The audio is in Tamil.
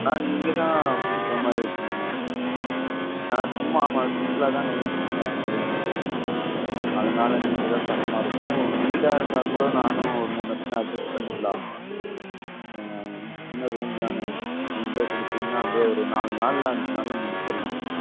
நீங்கள்தான் கொடுக்குறாமாரி இருக்குங்கண்ணா நான் சும்மா ஆமாம் சிம்பிளாக தான் நினைச்சிட்ருந்தேன் ரூம் மட்டும் அதனால் நீங்கள்தான் தரமாதிரிருக்கும் வீடாக இருந்தால் கூட நானும் ஒரு முன்னேப் பின்னே அஜஸ் பண்ணிக்கலாம் சின்ன ரூம் தானே நீங்களே கொடுத்திங்ன்னா அப்டேயே ஒரு நாலு நாளில் அஞ்சு நாளில் முடிச்சுர்லாங்ண்ணா